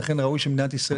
ולכן ראוי שמדינת ישראל,